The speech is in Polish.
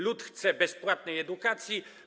Lud chce bezpłatnej edukacji.